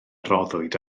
roddwyd